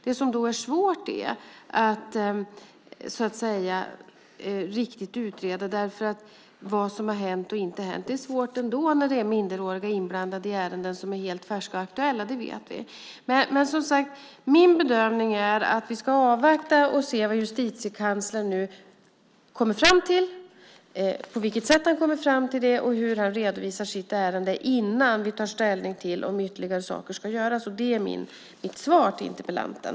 Det är svårt att utreda vad som har hänt och inte hänt. Vi vet att det är svårt när det är minderåriga inblandade även i ärenden som är färska och aktuella. Min bedömning är att vi ska avvakta och se vad Justitiekanslern kommer fram till, på vilket sätt han kommit fram till det och hur han redovisar sitt ärende innan vi tar ställning till om ytterligare saker ska göras. Det är mitt svar till interpellanten.